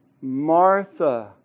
Martha